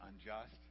unjust